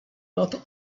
nad